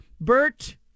Bert